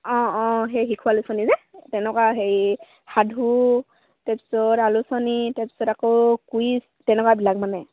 অঁ অঁ সেই শিশু আালোচনী যে এই তেনেকুৱা হেৰি সাধু তাৰ পিছত আলোচনী তাৰ পিছত আকৌ কুইজ তেনেকুৱাবিলাক মানে